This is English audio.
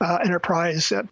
enterprise